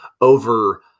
over